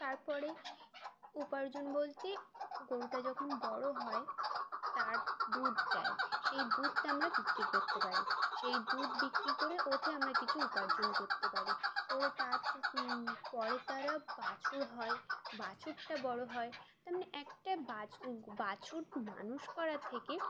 তারপরে উপার্জন বলতে গরুটা যখন বড়ো হয় তার দুধ দেয় সেই দুধটা আমরা বিক্রি করতে পারি সেই দুধ বিক্রি করে ওঠে আমরা কিছু উপার্জন করতে পারি করে তার পরে তারা বাছুর হয় বাছুরটা বড়ো হয় তো একটা বাছুর মানুষ করা থেকে